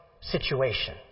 situation